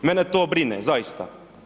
Mene to brine, zaista.